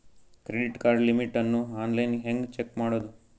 Credit card limit ಅನ್ನು online ಹೆಂಗ್ check ಮಾಡೋದು?